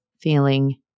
feeling